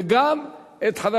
וגם את חבר